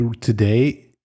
today